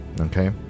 Okay